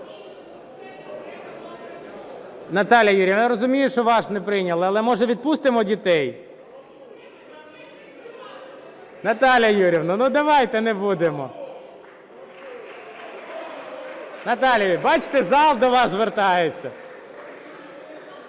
Наталія Юріївна, я розумію, що ваш не прийняли, але, може, відпустимо дітей? Наталія Юріївна, давайте не будемо. (Оплески) Наталія Юріївна, бачите, зал до вас звертається.